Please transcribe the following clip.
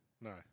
No